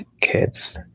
kids